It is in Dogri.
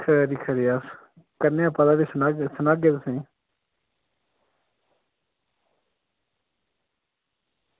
खरी खरी करने आं पता ते भी सनाने आं तुसेंगी